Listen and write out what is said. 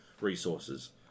resources